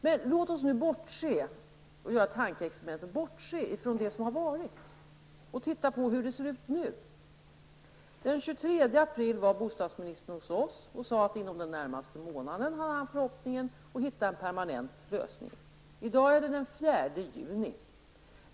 Men låt oss nu göra tankeexperimentet att bortse från det som har varit och titta på hur det ser ut nu. Den 23 april var bostadsministern hos oss och sade att han hade förhoppningen att inom den närmaste månaden hitta en permanent lösning. I dag är det den 4 juni.